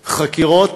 חקירות,